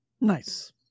Nice